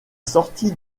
sortie